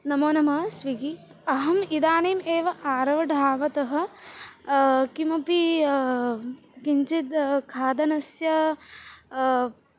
नमो नमः स्विग्गी अहम् इदानीम् एव आरोढावतः किमपि किञ्चित् खादनस्य